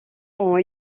ont